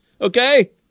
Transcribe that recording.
okay